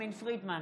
יסמין פרידמן,